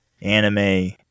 Anime